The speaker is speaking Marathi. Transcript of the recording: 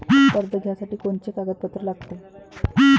कर्ज घ्यासाठी कोनचे कागदपत्र लागते?